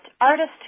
artist